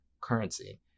currency